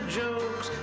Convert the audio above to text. jokes